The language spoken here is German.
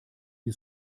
die